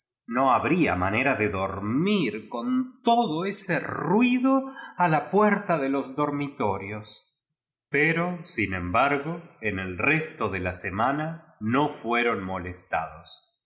xo habría manera de dormir coa todo ese ruido a la puerta de los dormi torios pero sin embargo en el resto de la se mana no fueron molestados